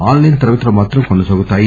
ఆస్ లైస్ తరగతులు మాత్రం కొనసాగుతాయి